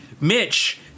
Mitch